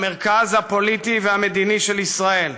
המרכז המדיני והפוליטי של ישראל.